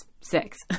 six